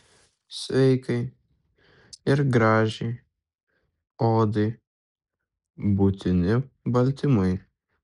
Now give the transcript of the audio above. sveikai ir gražiai odai būtini baltymai